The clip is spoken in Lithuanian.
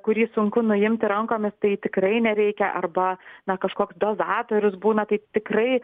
kurį sunku nuimti rankomis tai tikrai nereikia arba na kažkoks dozatorius būna tai tikrai